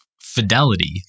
fidelity